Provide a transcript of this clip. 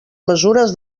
mesures